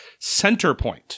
Centerpoint